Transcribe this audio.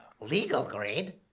Legal-grade